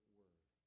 word